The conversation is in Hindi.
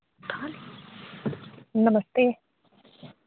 नमस्ते